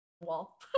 wall